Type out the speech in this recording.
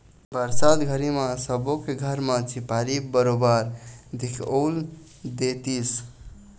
बरसात घरी म सबे के घर म झिपारी बरोबर दिखउल देतिस